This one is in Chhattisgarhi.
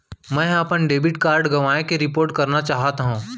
मै हा अपन डेबिट कार्ड गवाएं के रिपोर्ट करना चाहत हव